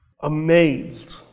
amazed